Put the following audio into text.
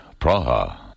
Praha